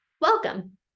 Welcome